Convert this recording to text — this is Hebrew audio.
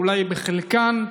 אולי לחלקן,